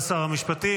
תודה לשר המשפטים.